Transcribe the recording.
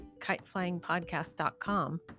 kiteflyingpodcast.com